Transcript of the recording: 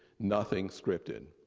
nothing scripted.